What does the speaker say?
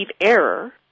error